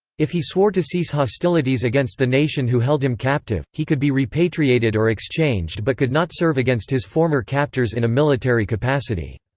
if he swore to cease hostilities against the nation who held him captive, he could be repatriated or exchanged but could not serve against his former captors in a military capacity.